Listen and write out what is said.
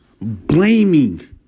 blaming